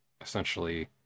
essentially